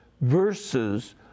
versus